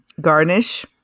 garnish